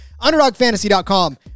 underdogfantasy.com